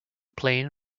plane